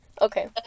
Okay